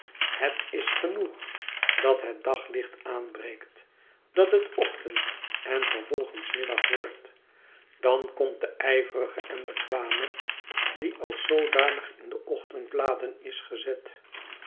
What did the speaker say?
het is genoeg dat het daglicht aanbreekt dat het ochtend en vervolgens middag wordt dan komt de ijverige en bekwame die als zoodanig in de ochtendbladen is gezet